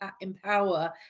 empower